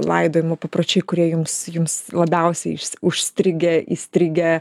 laidojimo papročiai kurie jums jums labiausiai išs užstrigę įstrigę